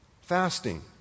fasting